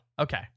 Okay